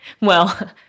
Well-